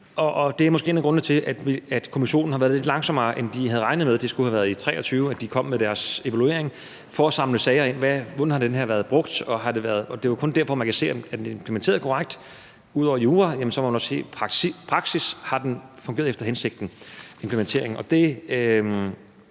måske en af grundene til, at Kommissionen har været lidt langsommere, end de havde regnet med. Det skulle have været i 2023, de kom med deres evaluering. De har skullet samle sager ind med eksempler på, hvordan det her har været brugt, for det er jo kun derfra, man kan se, om det er implementeret korrekt. Ud over juraen må man også se på, om implementeringen i praksis har fungeret efter hensigten.